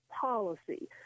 policy